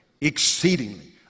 exceedingly